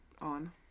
on